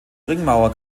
ringmauer